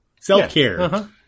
self-care